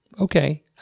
okay